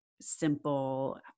simple